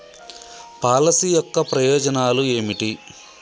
Policy యొక్క ప్రయోజనాలు ఏమిటి?